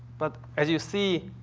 but, as you see,